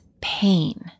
pain